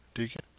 deacon